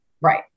right